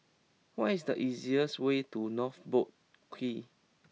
what is the easiest way to North Boat Quay